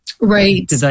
Right